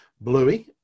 bluey